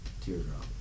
teardrop